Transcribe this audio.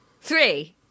Three